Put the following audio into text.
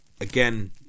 again